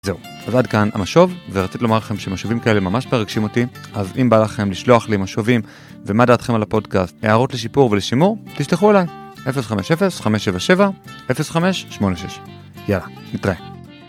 זהו, אז עד כאן המשוב, ורציתי לומר לכם שמשובים כאלה ממש מרגשים אותי, אז אם בא לכם לשלוח לי משובים ומה דעתכם על הפודקאסט, הערות לשיפור ולשימור, תשלחו אליי, 050-577-0586. יאללה, נתראה.